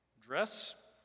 dress